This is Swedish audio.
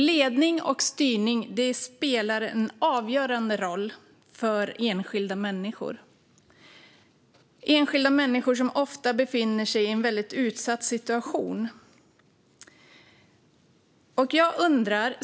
Ledning och styrning spelar en avgörande roll för enskilda människor. Det är enskilda människor som ofta befinner sig i en utsatt situation.